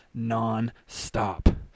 nonstop